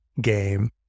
game